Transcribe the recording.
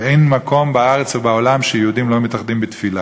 ואין מקום בארץ ובעולם שיהודים לא מתאחדים בתפילה.